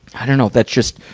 i dunno, that just,